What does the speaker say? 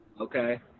okay